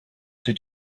did